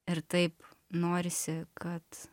ir taip norisi kad